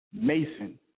Mason